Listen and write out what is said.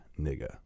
nigga